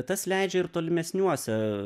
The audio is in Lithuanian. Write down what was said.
tas leidžia ir tolimesniuose